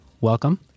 Welcome